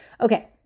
Okay